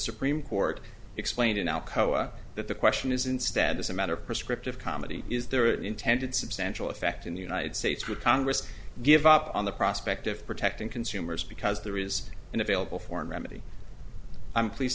supreme court explained in alcoa that the question is instead as a matter of prescriptive comedy is there an intended substantial effect in the united states would congress give up on the prospect of protecting consumers because there is an available foreign remedy i'm pleased